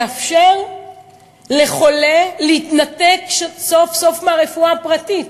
לאפשר לחולה להתנתק סוף-סוף מהרפואה הפרטית.